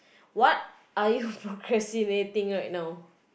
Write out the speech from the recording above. what are you procrastinating right now